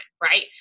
right